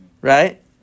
Right